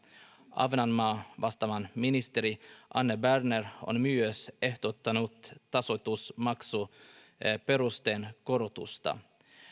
ahvenanmaasta vastaava ministeri anne berner on myös ehdottanut tasoitusmaksuperusteen korotusta